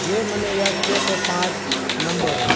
જે મને યાદ છે તે પાંચ નંબરો